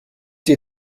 die